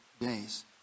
days